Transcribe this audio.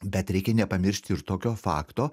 bet reikia nepamiršti ir tokio fakto